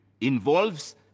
involves